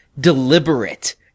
deliberate